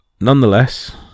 nonetheless